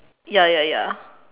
ya ya ya